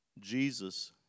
Jesus